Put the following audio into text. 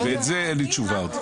ולזה אין לי תשובה עוד.